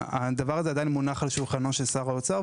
הדבר הזה עדיין מונח על שולחנו של שר האוצר,